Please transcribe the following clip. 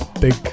big